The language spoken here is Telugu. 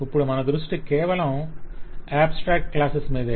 ఇప్పుడు మన దృష్టి కేవలం ఆబ్స్ట్రాక్ట్ క్లాస్సెస్ మీదే